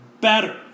better